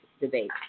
debate